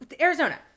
Arizona